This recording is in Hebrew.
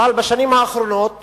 אבל בשנים האחרונות